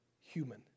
human